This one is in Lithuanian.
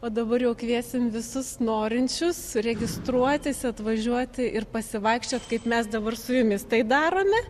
o dabar jau kviesim visus norinčius registruotis atvažiuoti ir pasivaikščiot kaip mes dabar su jumis tai darome